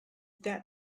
that